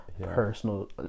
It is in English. personal